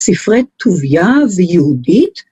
‫ספרי טוביה ויהודית?